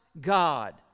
God